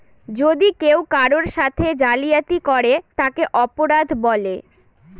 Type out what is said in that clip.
যদি কেউ কারোর সাথে জালিয়াতি করে তাকে অপরাধ বলে